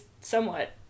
somewhat